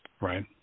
Right